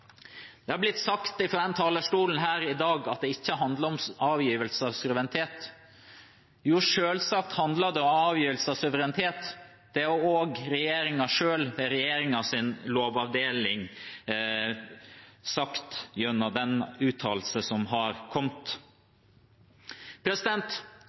Det har blitt sagt fra denne talerstolen her i dag at det ikke handler om avgivelse av suverenitet. Jo, selvsagt handler det om avgivelse av suverenitet. Det har også regjeringen selv, regjeringens lovavdeling, sagt gjennom den uttalelsen som har kommet.